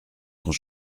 quand